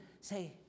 say